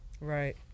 Right